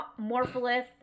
morpholith